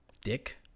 dick